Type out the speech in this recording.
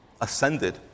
ascended